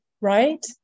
right